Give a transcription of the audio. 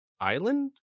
island